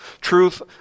Truth